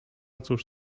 cóż